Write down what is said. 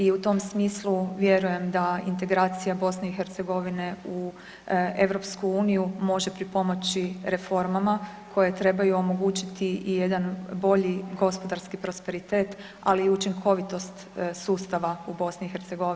I u tom smislu vjerujem da integracija BiH u EU može pripomoći reformama koje trebaju omogućiti i jedan bolji gospodarski prosperitet, ali i učinkovitost sustava u BiH.